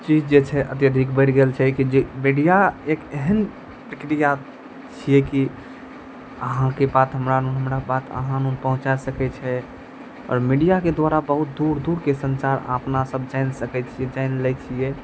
चीज जे छै अत्यधिक बैढ़ि गेल छै कि जे मीडिया एक एहेन प्रक्रिया छियै की अहाँके बात हमरा लग हमर बात आहाँ लग पहुँचा सकैत छै आओर मीडियाके द्वारा बहुत दूर दूरके सञ्चार आपना सब जानि सकैत छियै तऽ जानि लै छियै